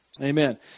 Amen